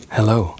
Hello